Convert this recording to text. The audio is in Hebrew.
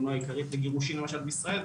אם לא העיקרית לגירושין בישראל,